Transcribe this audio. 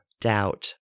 doubt